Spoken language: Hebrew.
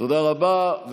תודה רבה.